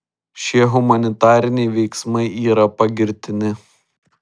šie humanitariniai veiksmai yra pagirtini